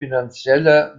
finanzieller